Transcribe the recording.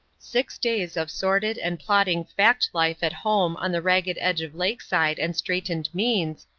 six days of sordid and plodding fact life at home on the ragged edge of lakeside and straitened means,